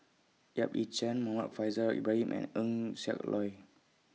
Yap Ee Chian Muhammad Faishal Ibrahim and Eng Siak Loy